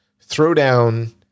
Throwdown